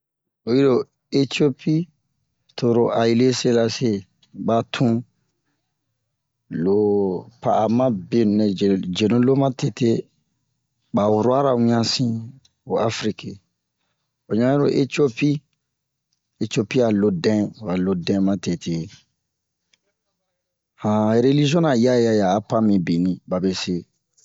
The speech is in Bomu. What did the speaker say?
Oyi ro Etiyopi to oro ayili-sirasi ba tun lo pa'ama benu nɛ jere jenu lo ma tete ba wurara wian sin ho afiriki o ɲan iro etiyopi etiyopi a lodɛn ho a lodɛn ma tete han relizion na yaya ya a pan mibini babe se